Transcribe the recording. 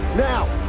now!